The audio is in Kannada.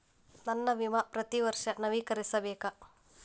ನನ್ನ ವಿಮಾ ಪ್ರತಿ ವರ್ಷಾ ನವೇಕರಿಸಬೇಕಾ?